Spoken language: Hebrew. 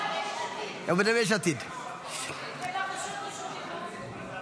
יש גם רשות דיבור אחרי זה.